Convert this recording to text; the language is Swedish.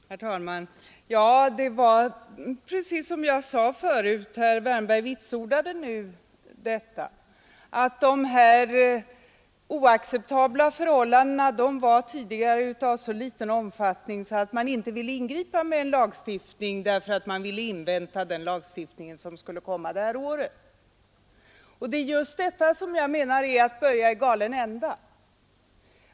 Herr talman! Det är precis som jag sade förut. Herr Wärnberg vitsordade nyss att de här oacceptabla förhållandena var tidigare av så liten omfattning att man inte ville ingripa med en lagstiftning utan önskade avvakta den lagstiftning som skulle komma under det här året. Det är just detta som jag menar är att börja i galen ända.